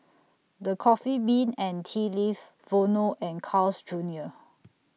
The Coffee Bean and Tea Leaf Vono and Carl's Junior